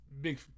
Big